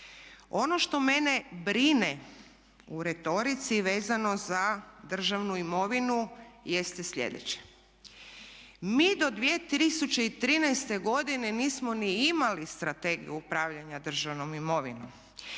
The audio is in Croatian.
Ono što mene brine u retorici vezano za državnu imovinu jeste slijedeće, mi do 2013.godine nismo ni imali Strategiju upravljanja državnom imovinom.